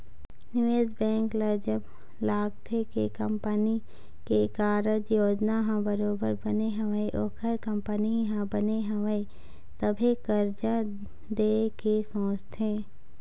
निवेश बेंक ल जब लगथे के कंपनी के कारज योजना ह बरोबर बने हवय ओखर कंपनी ह बने हवय तभे करजा देय के सोचथे